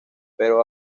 pero